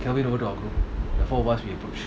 kelvin over to our group the four of us we approach